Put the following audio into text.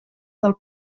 del